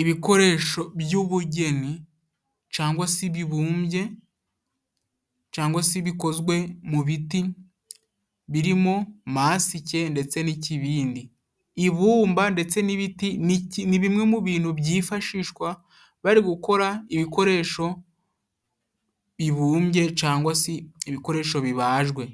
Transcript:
Ibikoresho by'ubugeni cangwa si bibumbye cangwa si bikozwe mu biti birimo masike ndetse n'ikibindi. Ibumba ndetse n'ibiti ni bimwe mu bintu byifashishwa bari gukora ibikoresho bibumbye cangwa si ibikoresho bibajwe.